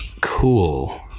cool